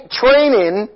training